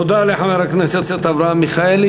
תודה לחבר הכנסת אברהם מיכאלי.